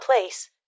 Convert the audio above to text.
place